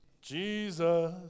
Jesus